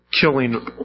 killing